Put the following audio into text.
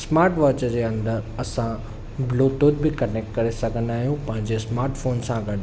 smart watch जे अंदरु असां ब्लूटूथ बि कनेक्ट करे सघंदा आहियूं पंहिंजे स्मार्ट फ़ोन सां गॾु